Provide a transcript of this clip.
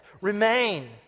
Remain